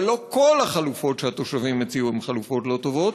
אבל לא כל החלופות שהתושבים הציעו הן חלופות לא טובות,